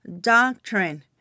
doctrine